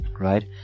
Right